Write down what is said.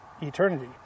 eternity